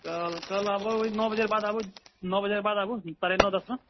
कल आबऽ नओ बजे के बाद आबऽ नओ बजे के बाद आबऽ साढ़े नओ दस मे